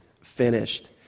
finished